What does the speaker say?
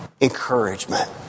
Encouragement